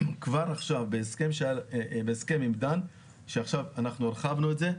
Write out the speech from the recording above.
כבר עכשיו בהסכם עם דן שעכשיו הרחבנו את זה,